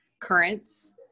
currents